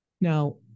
Now